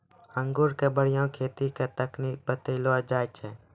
अंगूर के बढ़िया खेती के तकनीक बतइलो जाय छै